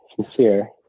sincere